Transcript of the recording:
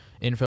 info